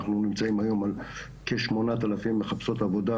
אנחנו נמצאים היום על כשמונת אלפים מחפשות עבודה,